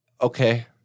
Okay